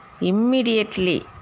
Immediately